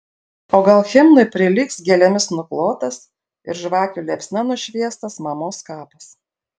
o gal himnui prilygs gėlėmis nuklotas ir žvakių liepsna nušviestas mamos kapas